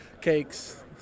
cakes